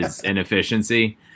inefficiency